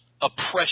oppression